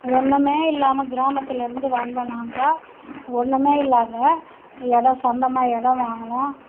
ஒன்றுமே இல்லாமல் கிராமத்துலேருந்து வந்த நாங்கள் ஒன்றுமே இல்லாத இடம் சொந்தமாக இடம் வாங்கினோம்